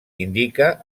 indica